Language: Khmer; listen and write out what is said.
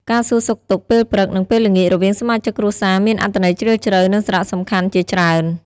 ការសួរសុខទុក្ខពេលព្រឹក និងពេលល្ងាចរវាងសមាជិកគ្រួសារមានអត្ថន័យជ្រាលជ្រៅ និងសារៈសំខាន់ជាច្រើន។